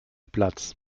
platz